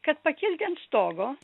kad pakilti ant stogo